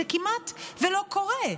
זה כמעט שלא קורה.